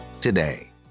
today